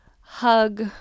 hug